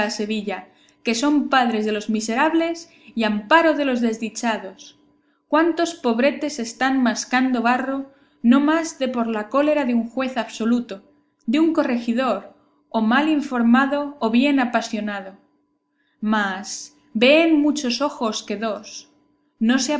sevilla que son padres de los miserables y amparo de los desdichados cuántos pobretes están mascando barro no más de por la cólera de un juez absoluto de un corregidor o mal informado o bien apasionado más veen muchos ojos que dos no se